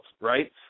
right